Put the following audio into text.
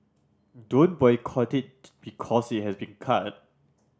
don't boycott it because it has been cut